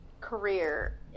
career